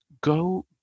go